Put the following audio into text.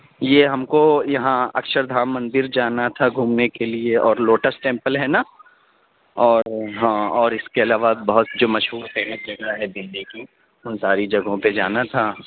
یہ ہم کو یہاں اکشردھام مندر جانا تھا گھومنے کے لیے اور لوٹس ٹیمپل ہے نا اور ہاں اور اِس کے علاوہ بہت جو مشہور فیمس جگہ ہے دلّی کی اُن ساری جگہوں پہ جانا تھا